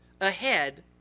ahead